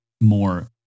more